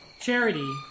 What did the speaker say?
Charity